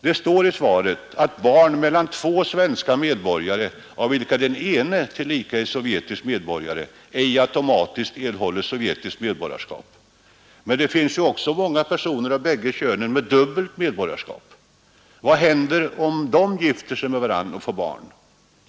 Det står i svaret att barn till två svenska medborgare, av vilka den ena tillika är sovjetisk medborgare, icke automatiskt erhåller sovjetiskt medborgarskap. Men det finns också många personer av bägge könen med dubbelt medborgarskap. Vad händer, om sådana gifter sig med varandra och får barn?